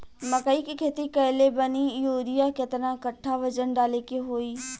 मकई के खेती कैले बनी यूरिया केतना कट्ठावजन डाले के होई?